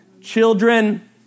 Children